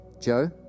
Joe